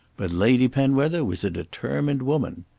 but lady penwether was a determined woman.